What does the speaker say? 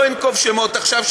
לא אנקוב בשמות עכשיו,